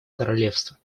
королевства